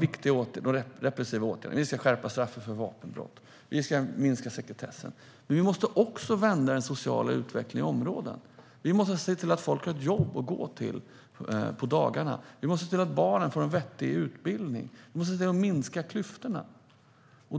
vidta de repressiva åtgärderna. Vi ska skärpa straffen för vapenbrott. Vi ska minska sekretessen. Men vi måste också vända den sociala utvecklingen i utsatta områden. Vi måste se till att folk har ett jobb att gå till. Vi måste se till att barnen får en vettig utbildning. Vi måste se till att minska klyftorna.